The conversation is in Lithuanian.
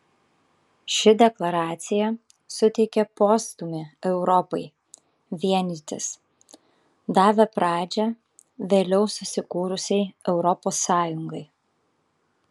ši deklaracija suteikė postūmį europai vienytis davė pradžią vėliau susikūrusiai europos sąjungai